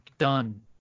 done